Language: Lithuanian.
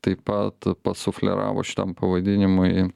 taip pat pasufleravo šitam pavadinimui